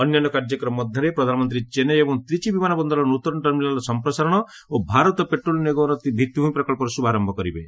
ଅନ୍ୟାନ୍ୟ କାର୍ଯ୍ୟକ୍ରମ ମଧ୍ୟରେ ପ୍ରଧାନମନ୍ତ୍ରୀ ଚେନ୍ନାଇ ଏବଂ ତ୍ରିଚି ବିମାନ ବନ୍ଦରର ନ୍ତନ ଟର୍ମିନାଲ୍ର ସମ୍ପ୍ରସାରଣ ଓ ଭାରତ ପେଟ୍ରୋଲିୟମ୍ ନିଗମର ଭିଭିଭ୍ମି ପ୍ରକ୍ସର ଶୁଭାର୍ୟ କରିବେ